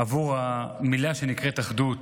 בעבור המילה שנקראת "אחדות".